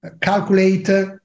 calculate